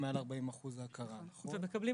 מקבלים